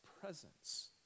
presence